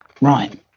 Right